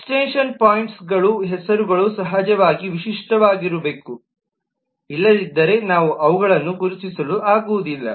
extension ಪಾಯಿಂಟ್ಗಳ ಹೆಸರುಗಳು ಸಹಜವಾಗಿ ವಿಶಿಷ್ಟವಾಗಿರಬೇಕು ಇಲ್ಲದಿದ್ದರೆ ನಾವು ಅವುಗಳನ್ನು ಗುರುತಿಸಲು ಆಗುವುದಿಲ್ಲ